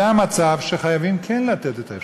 זה המצב שחייבים כן לתת את האפשרות.